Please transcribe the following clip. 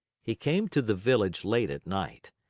he came to the village late at night.